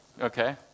Okay